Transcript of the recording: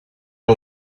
que